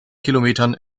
kilometern